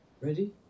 Ready